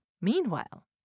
meanwhile